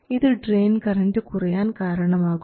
ഇത് drain current കുറയാൻ കാരണമാകും